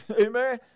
Amen